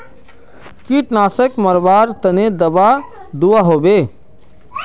कीटनाशक मरवार तने दाबा दुआहोबे?